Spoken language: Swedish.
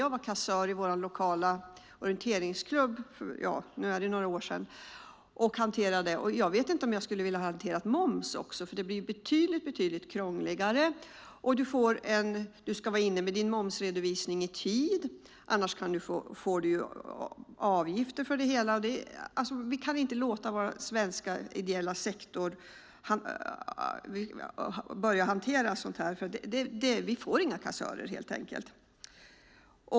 Jag var kassör i vår lokala orienteringsklubb för några år sedan. Jag vet inte om jag skulle ha velat hantera moms. Det blir betydligt krångligare. Man ska till exempel vara inne med momsredovisningen i tid, annars blir det avgifter. Vi kan inte tvinga vår ideella sektor att hantera sådant; då får vi inga kassörer.